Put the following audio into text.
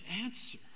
answer